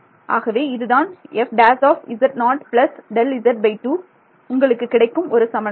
ஆகவே இதுதான் f′z0 Δz2 உங்களுக்கு கிடைக்கும் சமன்பாடு